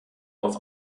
auf